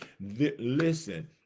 listen